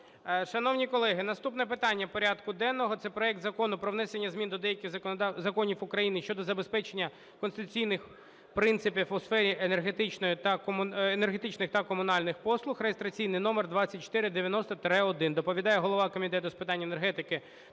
Шановні колеги, наступне питання порядку денного – це проект Закону про внесення змін до деяких законів України щодо забезпечення конституційних принципів у сферах енергетики та комунальних послуг (реєстраційний номер 2490-1). Доповідає голова Комітету з питань енергетики